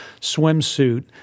swimsuit